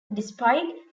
despite